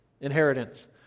inheritance